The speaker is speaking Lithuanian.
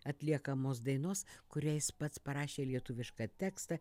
atliekamos dainos kuriai jis pats parašė lietuvišką tekstą